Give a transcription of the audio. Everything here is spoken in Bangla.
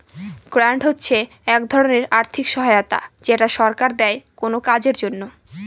গ্রান্ট হচ্ছে এক ধরনের আর্থিক সহায়তা যেটা সরকার দেয় কোনো কাজের জন্য